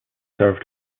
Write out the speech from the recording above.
serve